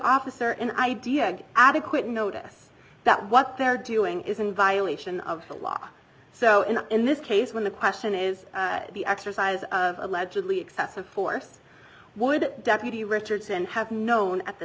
officer an idea of adequate notice that what they're doing is in violation of the law so in this case when the question is the exercise allegedly excessive force would deputy richardson have known at the